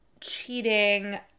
cheating